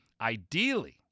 Ideally